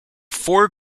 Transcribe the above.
four